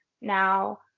now